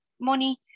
money